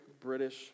British